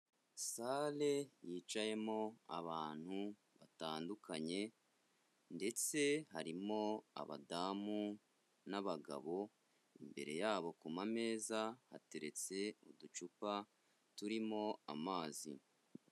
Sale yicayemo abantu batandukanye ndetse harimo abadamu n'abagabo, imbere yabo ku ma meza hateretse uducupa turimo amazi.